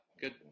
Good